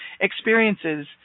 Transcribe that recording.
experiences